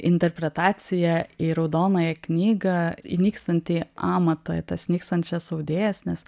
interpretacija į raudonąją knygą į nykstantį amatą į tas nykstančias audėjas nes